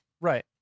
Right